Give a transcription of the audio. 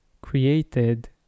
created